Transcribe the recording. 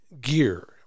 gear